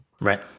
right